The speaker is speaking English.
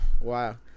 wow